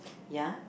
ya